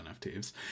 NFTs